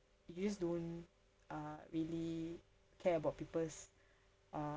you just don't uh really care about people's uh